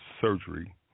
surgery